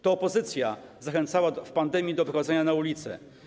To opozycja zachęcała podczas pandemii do wychodzenia na ulicę.